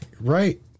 right